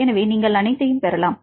எனவே நீங்கள் அனைத்தையும் பெறலாம்